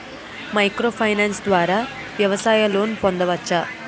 Micro finance ద్వారా వ్యవసాయ loan పొందవచ్చా?